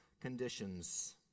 conditions